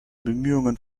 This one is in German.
bemühungen